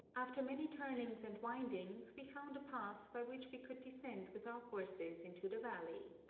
after many turnings and windings we found a path by which we could descend with our horses into the valley.